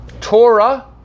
Torah